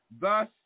Thus